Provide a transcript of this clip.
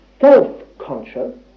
self-conscious